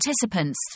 participants